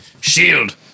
shield